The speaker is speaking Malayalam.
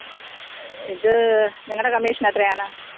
ഇത് നിങ്ങളുടെ കമ്മീഷനെത്രയാണ്